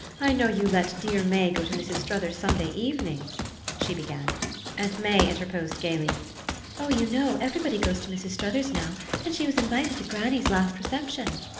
i know you let dear may go to mrs. struthers's sunday evenings she began and may interposed gaily oh, you know, everybody goes to mrs. struthers's now and she was invited to granny's last reception.